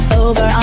over